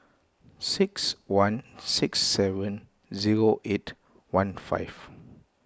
six one six seven zero eight one five